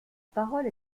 parole